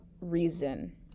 reason